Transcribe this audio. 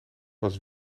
was